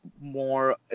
more